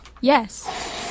Yes